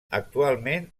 actualment